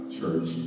Church